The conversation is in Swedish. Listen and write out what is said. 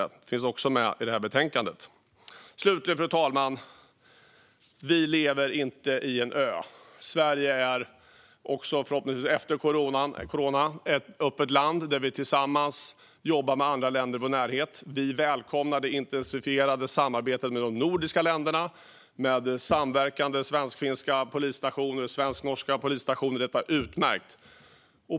Det här finns också med i betänkandet. Slutligen, fru talman, lever vi inte på en ö. Sverige är - förhoppningsvis också efter corona - ett öppet land där vi jobbar tillsammans med andra länder i vår närhet. Vi välkomnar det intensifierade samarbetet mellan de nordiska länderna med samverkande svensk-finska och svensk-norska polisstationer. Detta är utmärkt.